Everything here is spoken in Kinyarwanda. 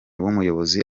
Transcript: umuyobozi